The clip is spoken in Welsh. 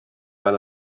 fel